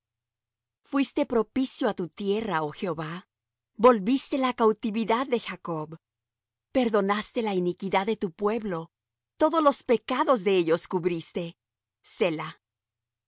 fuiste propicio á tu tierra oh jehová volviste la cautividad de jacob perdonaste la iniquidad de tu pueblo todos los pecados de ellos cubriste